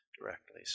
Directly